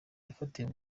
yafatiwe